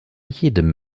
jedem